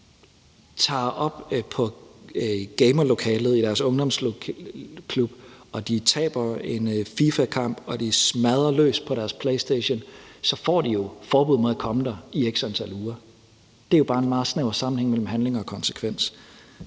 dag går op i gamerlokalet i deres ungdomsklub og de taber en FIFA-kamp og de smadrer løs på deres playstation, så får de jo forbud mod at komme der i x antal uger. Det er jo bare en meget snæver sammenhæng mellem handling og konsekvens.